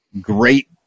great